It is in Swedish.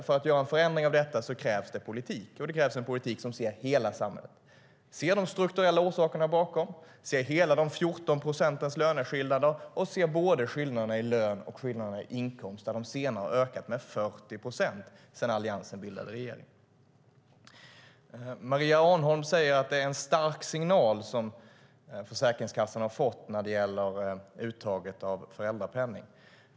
För att göra en förändring av detta krävs det politik. Och det krävs en politik som ser hela samhället, som ser de strukturella orsakerna, som ser alla 14 procentens löneskillnader och som ser både skillnaderna i lön och skillnaderna i inkomst. De senare har ökat med 40 procent sedan Alliansen bildade regering. Maria Arnholm säger att det är en stark signal som Försäkringskassan har fått när det gäller uttaget av föräldrapenning.